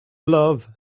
love